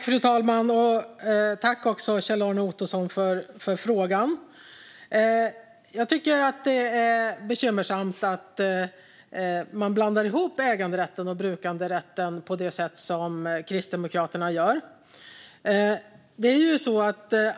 Fru talman! Jag tackar Kjell-Arne Ottosson för frågan. Det är bekymmersamt att man blandar ihop äganderätten och brukanderätten på det sätt som Kristdemokraterna gör.